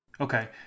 okay